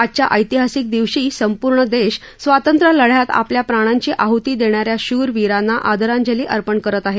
आजच्या ऐतिहासिक दिवशी संपूर्ण देश स्वातंत्र्य लढयात आपल्या प्राणांची आहती देणाऱ्या शूर वीरांना आदरांजली अर्पण करत आहे